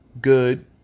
good